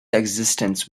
existence